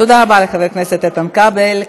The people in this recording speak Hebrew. תודה רבה לחבר הכנסת איתן כבל.